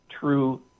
true